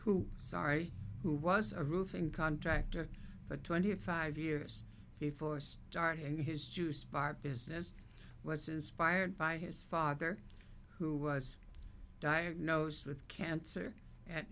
who sari who was a roofing contractor for twenty five years before starting his juice bar business was inspired by his father who was diagnosed with cancer a